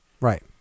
right